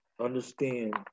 Understand